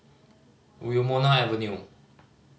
Wilmonar Avenue